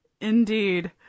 Indeed